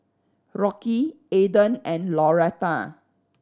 Rocky Eden and Lauretta